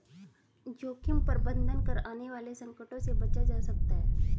जोखिम प्रबंधन कर आने वाले संकटों से बचा जा सकता है